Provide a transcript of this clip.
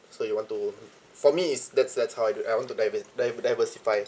so you want to for me it's that's that's how I do I want to diver~ di~ diversify